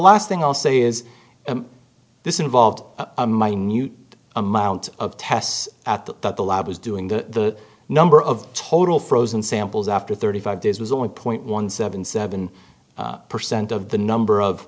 last thing i'll say is this involved a minute amount of tests at the that the lab was doing the number of total frozen samples after thirty five days was on point one seven seven percent of the number of